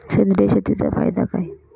सेंद्रिय शेतीचा फायदा काय?